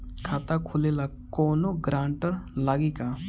खाता खोले ला कौनो ग्रांटर लागी का?